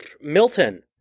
Milton